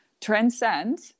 transcend